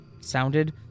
sounded